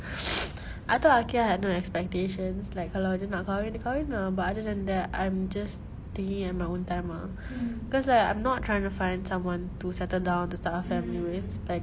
I told aqil I had no expectations like kalau dia nak kahwin kahwin ah but other than that I'm just thinking at my own time ah cause like I'm not trying to find someone to settle down to start a family with like